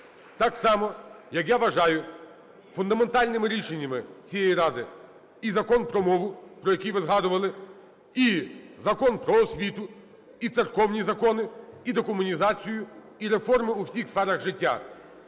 Так само, як я вважаю фундаментальними рішеннями цієї Ради і Закон про мову, про який ви згадували, і Закон "Про освіту", і церковні закони, і декомунізацію, і реформи у всіх сферах життя.